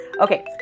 Okay